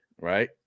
Right